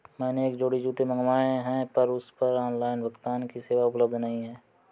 मैंने एक जोड़ी जूते मँगवाये हैं पर उस पर ऑनलाइन भुगतान की सेवा उपलब्ध नहीं है